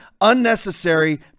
unnecessary